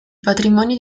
patrimonio